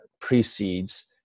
precedes